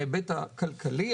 מההיבט הכלכלי,